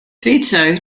vito